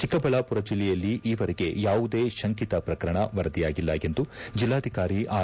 ಚಿಕ್ಕಬಳ್ಳಾಪುರ ಜಿಲ್ಲೆಯಲ್ಲಿ ಈವರೆಗೆ ಯಾವುದೇ ಶಂಕಿತ ಪ್ರಕರಣ ವರದಿಯಾಗಿಲ್ಲ ಎಂದು ಜಿಲ್ಲಾಧಿಕಾರಿ ಆರ್